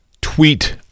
tweet